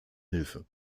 hilfe